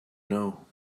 know